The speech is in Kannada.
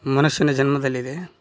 ಮನುಷ್ಯನ ಜನ್ಮದಲ್ಲಿದೆ